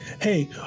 hey